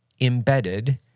embedded